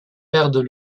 perdent